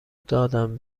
دادم